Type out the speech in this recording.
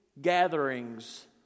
gatherings